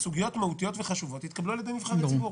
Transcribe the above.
בסוגיות מהותיות וחשובות יתקבלו על ידי מבחן הציבור.